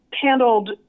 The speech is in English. handled